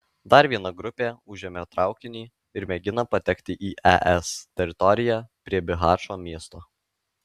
dar viena grupė užėmė traukinį ir mėgina patekti į es teritoriją prie bihačo miesto